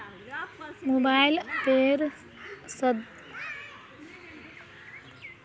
mobile अप्पेर मद्साद से डिजिटल अकाउंट खोलाल जावा सकोह